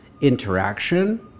interaction